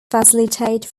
facilitate